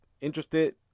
interested